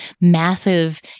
massive